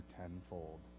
tenfold